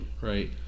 right